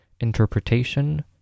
Interpretation